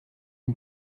une